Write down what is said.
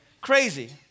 Crazy